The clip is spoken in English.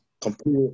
Complete